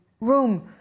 room